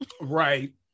Right